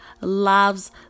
loves